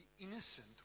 Innocent